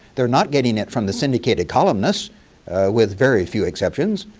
they're not getting it from the syndicated columnists with very few exceptions.